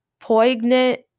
Poignant